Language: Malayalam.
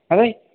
അതെ